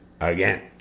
again